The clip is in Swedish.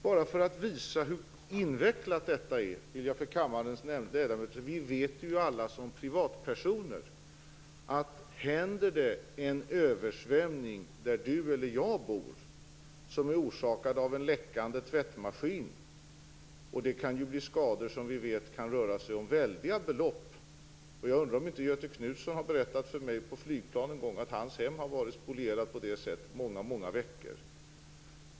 Bara för att visa hur invecklat detta är vill jag för kammarens ledamöter nämna att vi som privatpersoner alla vet vad som händer om det blir en översvämning där vi bor som är orsakad av en läckande tvättmaskin. Det kan bli skador för väldiga belopp. Jag tror att Göthe Knutson en gång har berättat för mig att hans hem varit spolierat på det sättet i många veckor.